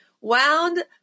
wound